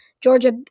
Georgia